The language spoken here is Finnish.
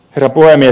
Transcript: herra puhemies